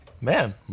Man